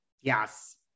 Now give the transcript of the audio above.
Yes